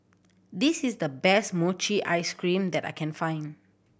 this is the best mochi ice cream that I can find